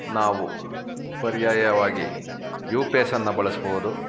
ನಾವು ಪರ್ಯಾಯವಾಗಿ U P S ಅನ್ನು ಬಳಸ್ಬೋದು